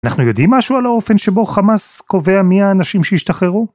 אנחנו יודעים משהו על האופן שבו חמאס קובע מי האנשים שהשתחררו?